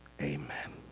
amen